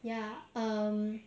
ya um